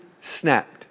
snapped